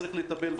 צריך לטפל בזה.